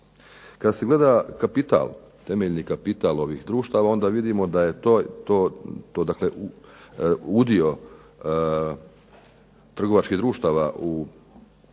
Kada se gleda temeljni kapital ovih društava onda vidimo da je to udio trgovačkih društava od